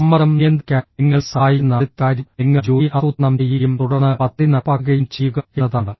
സമ്മർദ്ദം നിയന്ത്രിക്കാൻ നിങ്ങളെ സഹായിക്കുന്ന അടുത്ത കാര്യം നിങ്ങൾ ജോലി ആസൂത്രണം ചെയ്യുകയും തുടർന്ന് പദ്ധതി നടപ്പാക്കുകയും ചെയ്യുക എന്നതാണ്